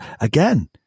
again